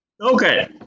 Okay